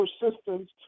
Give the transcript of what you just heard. persistence